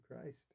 Christ